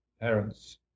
parents